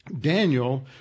Daniel